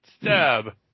Stab